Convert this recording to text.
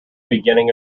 beginning